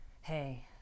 hey